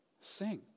Sing